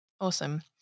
Awesome